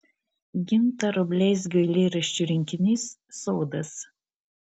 gintaro bleizgio eilėraščių rinkinys sodas